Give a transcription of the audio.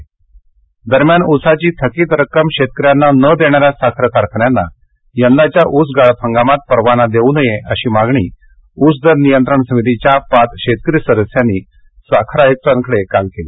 साखर दरम्यान उसाची थकीत रक्कम शेतकऱ्यांना न देणाऱ्या साखर कारखान्यांना यंदाच्या ऊस गाळप हंगामात परवाना देऊ नये अशी मागणी ऊस दर नियंत्रण समितीच्या पाच शेतकरी सदस्यांनी साखर आयुक्तांकडे काल केली